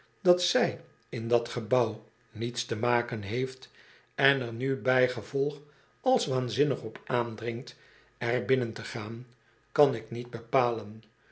dat zij in dat gebouw niets te maken heeft en er nu bijgevolg als waanzinnig op aandringt er binnen te gaan kan ik niet bepalen